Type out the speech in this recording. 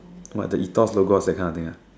like the ethos logo of that kind of thing